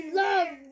love